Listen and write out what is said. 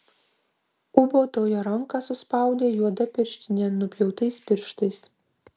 ūbautojo ranką suspaudė juoda pirštinė nupjautais pirštais